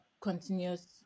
continuous